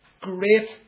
great